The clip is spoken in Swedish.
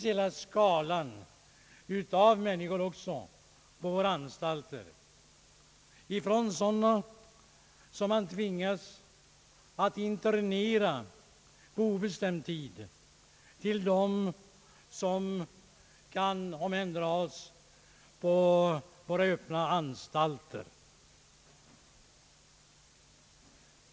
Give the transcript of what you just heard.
Hela skalan av människor finns på våra anstalter: från sådana som man tvingas internera på obestämd tid till dem som kan omhänderhas på våra öppna anstalter.